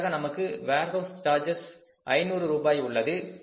அடுத்ததாக நமக்கு warehouse charges 500 ரூபாய் உள்ளது